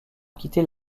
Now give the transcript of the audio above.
quitter